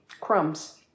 crumbs